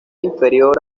inferior